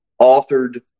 authored